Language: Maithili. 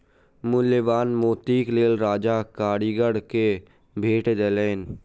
मूल्यवान मोतीक लेल राजा कारीगर के भेट देलैन